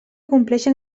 compleixen